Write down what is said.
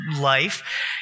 life